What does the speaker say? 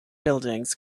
buildings